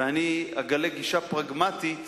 ואני אגלה גישה פרגמטית